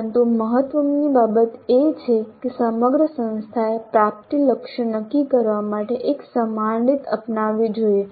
પરંતુ મહત્વની બાબત એ છે કે સમગ્ર સંસ્થાએ પ્રાપ્તિ લક્ષ્યો નક્કી કરવા માટે એક સમાન રીત અપનાવવી જોઈએ